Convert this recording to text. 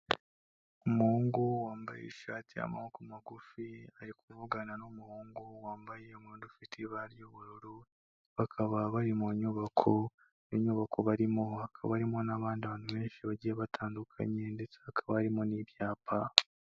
Umuhungu wambaye ishati y'amaboko magufi ari kuvugana n'umuhungu wambaye umwenda ufite ibara ry'ubururu bakaba bari mu nyubako, iyo nyubako barimo hakaba harimo n'abandi bantu benshi bagiye batandukanye ndetse hakaba harimo n'ibyapa.